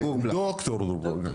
ד"ר גור בליי.